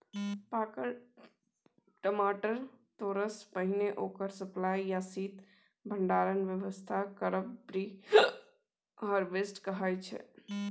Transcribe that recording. पाकल टमाटर तोरयसँ पहिने ओकर सप्लाई या शीत भंडारणक बेबस्था करब प्री हारवेस्ट कहाइ छै